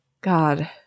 God